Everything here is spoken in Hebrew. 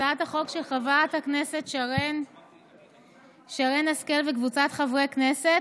הצעת החוק של חברת הכנסת שרן השכל וקבוצת חברי הכנסת,